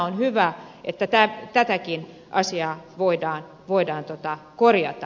on hyvä että tätäkin asiaa voidaan korjata